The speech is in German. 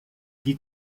die